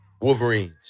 Wolverines